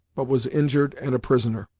but was injured and a prisoner.